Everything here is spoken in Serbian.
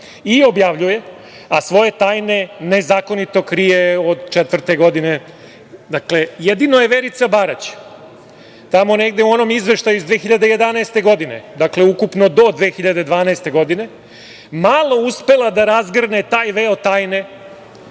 i objavljuje, a svoje tajne nezakonito krije od četvrte godine. Jedino je Verica Barać tamo negde u onom izveštaju iz 2011. godine, dakle ukupno do 2012. godine malo uspela da razgrne taj veo tajne